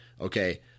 okay